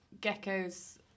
Gecko's